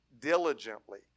diligently